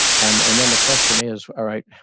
and and then the question is alright,